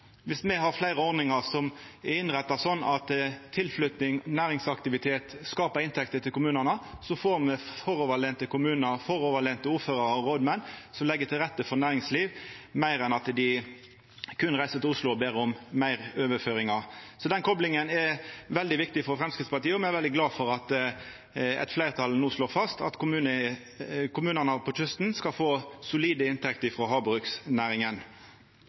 me har fleire ordningar som er innretta slik at tilflytting og næringsaktivitet skapar inntekter til kommunane, får me framoverlente kommunar og framoverlente ordførarar og rådmenn som legg til rette for næringsliv, meir enn at dei berre reiser til Oslo og ber om meir overføringar. Denne koplinga er veldig viktig for Framstegspartiet, og me er veldig glade for at eit fleirtal no slår fast at kommunane på kysten skal få solide inntekter frå havbruksnæringa.